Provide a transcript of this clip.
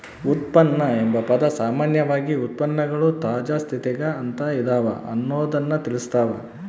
ಉತ್ಪನ್ನ ಎಂಬ ಪದ ಸಾಮಾನ್ಯವಾಗಿ ಉತ್ಪನ್ನಗಳು ತಾಜಾ ಸ್ಥಿತಿಗ ಅಂತ ಇದವ ಅನ್ನೊದ್ದನ್ನ ತಿಳಸ್ಸಾವ